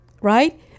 right